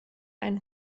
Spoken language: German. einen